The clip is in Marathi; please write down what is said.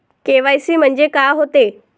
के.वाय.सी म्हंनजे का होते?